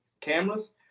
cameras